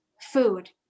food